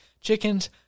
Chickens